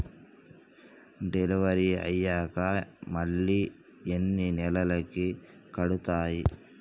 Delivery అయ్యాక మళ్ళీ ఎన్ని నెలలకి కడుతాయి?